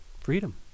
Freedom